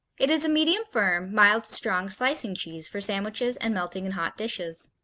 it is a medium-firm, mild-to-strong slicing cheese for sandwiches and melting in hot dishes.